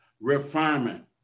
refinement